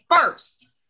first